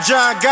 John